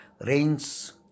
Rains